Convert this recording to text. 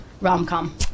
Rom-com